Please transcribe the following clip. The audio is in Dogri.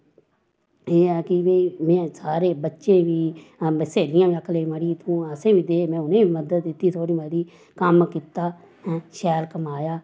एह् ऐ के भाई में सारे बच्चे बी स्हेलियां बी आक्खन लगियां मड़ी तूं असें बी दे में उनें बी मदद दित्ती थोह्ड़ी मती कम्म कीता शैल कमाया